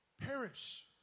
Perish